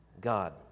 God